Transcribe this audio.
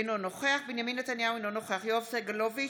אינו נוכח בנימין נתניהו, אינו נוכח יואב סגלוביץ'